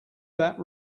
that